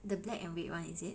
the black and red one is it